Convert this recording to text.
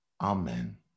Amen